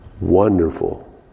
wonderful